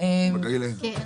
בגליל אין.